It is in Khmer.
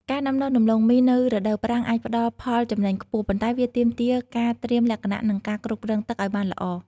ការដាំដុះដំឡូងមីនៅរដូវប្រាំងអាចផ្តល់ផលចំណេញខ្ពស់ ប៉ុន្តែវាទាមទារការត្រៀមលក្ខណៈ និងការគ្រប់គ្រងទឹកឱ្យបានល្អ។